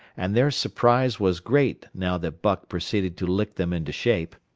and their surprise was great now that buck proceeded to lick them into shape.